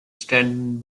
strengthened